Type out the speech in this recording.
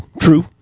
true